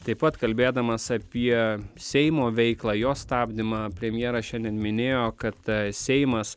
taip pat kalbėdamas apie seimo veiklą jo stabdymą premjeras šiandien minėjo kad seimas